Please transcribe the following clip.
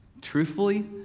Truthfully